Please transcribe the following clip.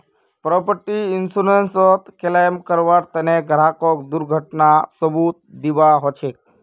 property इन्शुरन्सत claim करबार तने ग्राहकक दुर्घटनार सबूत दीबा ह छेक